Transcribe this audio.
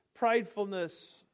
pridefulness